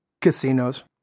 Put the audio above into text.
Casinos